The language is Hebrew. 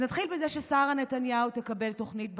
אז נתחיל בזה ששרה נתניהו תקבל תוכנית בתאגיד,